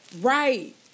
Right